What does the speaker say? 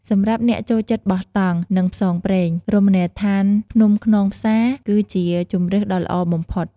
សម្រាប់អ្នកចូលចិត្តបោះតង់ និងផ្សងព្រេង រមណីយដ្ឋានភ្នំខ្នងផ្សារ គឺជាជម្រើសដ៏ល្អបំផុត។